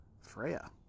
Freya